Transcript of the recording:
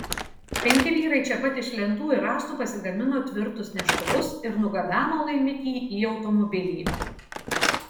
penki vyrai čia pat iš lentų ir rąstų pasigamino tvirtus neštuvus ir nugabeno laimikį į automobilį